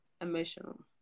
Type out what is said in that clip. emotional